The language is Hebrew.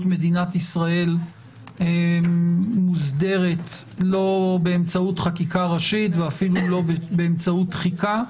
מדינת ישראל מוסדרת לא באמצעות חקיקה ראשית ואפילו לא באמצעות תחיקה,